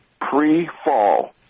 pre-fall